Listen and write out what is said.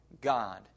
God